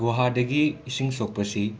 ꯒꯨꯍꯥꯗꯒꯤ ꯏꯁꯤꯡ ꯁꯣꯛꯄ ꯑꯁꯤ